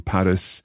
Paris